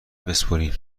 بسپرین